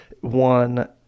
one